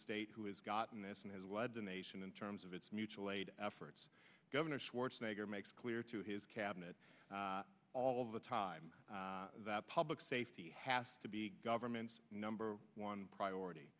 state who has gotten this and has led the nation in terms of its mutual aid efforts governor schwarzenegger makes clear to his cabinet all the time that public safety has to be government's number one priority